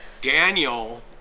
Daniel